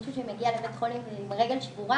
מישהו שמגיע לבית חולים עם רגל שבורה,